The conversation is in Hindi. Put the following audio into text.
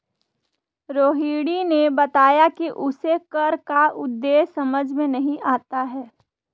रोहिणी ने बताया कि उसे कर का उद्देश्य समझ में नहीं आता है